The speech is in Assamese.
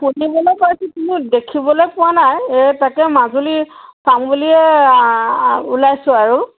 শুনিবলৈ পাইছোঁ কিন্তু দেখিবলৈ পোৱা নাই এই তাকে মাজুলী চাম বুলিয়ে ওলাইছোঁ আৰু